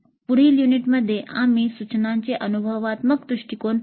पुढील युनिटमध्ये आम्ही सूचनांचे अनुभवात्मक दृष्टिकोन पाहू